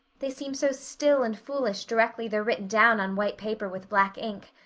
they seem so still and foolish directly they're written down on white paper with black ink.